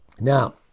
now